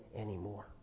anymore